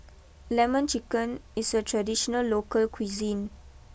Lemon Chicken is a traditional local cuisine